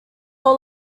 were